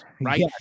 right